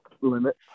limit